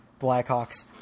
Blackhawks